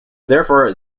therefore